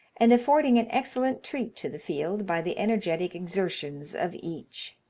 and affording an excellent treat to the field by the energetic exertions of each.